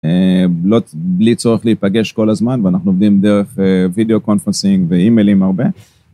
בלי צורך להיפגש כל הזמן ואנחנו עובדים דרך וידאו קונפרסינג ואימיילים הרבה.